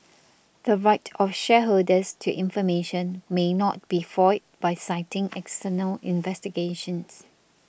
the right of shareholders to information may not be foiled by citing external investigations